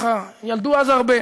ילדו אז הרבה.